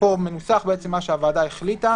פה מנוסח מה שהוועדה החליטה,